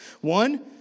One